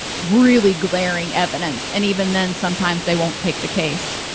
really glaring evidence and even then sometimes they won't take the case